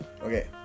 Okay